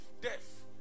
death